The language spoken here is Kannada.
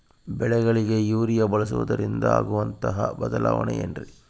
ಬೆಳೆಗಳಿಗೆ ಯೂರಿಯಾ ಬಳಸುವುದರಿಂದ ಆಗುವಂತಹ ಬದಲಾವಣೆ ಏನ್ರಿ?